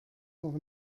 noch